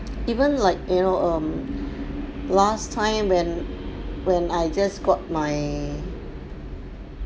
even like you know err last time when when I just got my